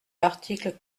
l’article